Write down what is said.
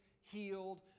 healed